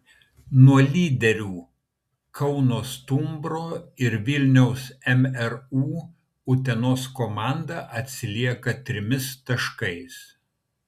nuo lyderių kauno stumbro ir vilniaus mru utenos komanda atsilieka trimis taškais